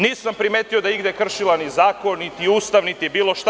Nisam primetio da je igde kršila ni zakon, niti Ustav, niti bilo šta.